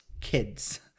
kids